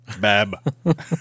Bab